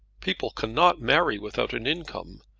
people cannot marry without an income.